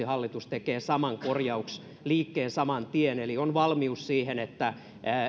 hallitus tekee saman korjausliikkeen saman tien eli on valmius siihen että